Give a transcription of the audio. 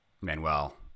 Manuel